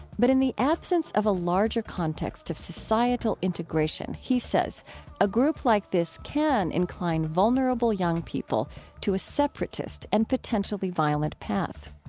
but in the absence of a larger context of societal integration, he says a group like this can incline vulnerable young people to a separatist and potentially violent path.